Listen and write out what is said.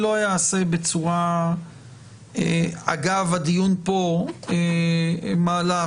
לומר שאגב הדיון כאן אני לא אעשה מהלך.